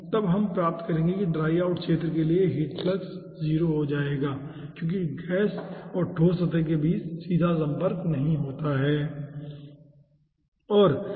तब हम प्राप्त करेंगे कि ड्राई आउट क्षेत्र के लिए हीट फ्लक्स 0 हो जाएगा क्योंकि गैस और ठोस सतह के बीच सीधा संपर्क होता है